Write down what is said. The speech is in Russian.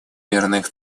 мирных